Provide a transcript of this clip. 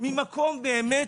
-- ממקום באמת,